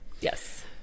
yes